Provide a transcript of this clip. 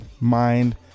mind